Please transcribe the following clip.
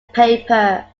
paper